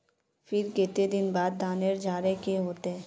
फिर केते दिन बाद धानेर झाड़े के होते?